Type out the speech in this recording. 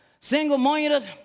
single-minded